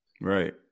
Right